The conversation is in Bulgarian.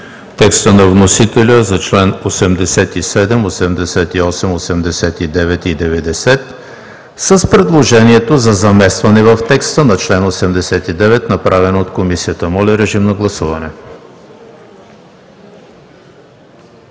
текста на вносителя за членове 87, 88, 89 и 90 с предложението за заместване в текста на чл. 89, направено от Комисията. Гласували